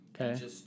Okay